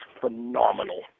phenomenal